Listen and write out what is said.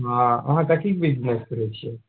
हाँ अहाँ कथिके बिजनेस करैत छियै